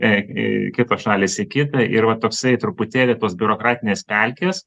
ė ė kitos šalys į kitą ir va toksai truputėlį tos biurokratinės pelkės